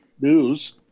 News